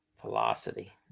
velocity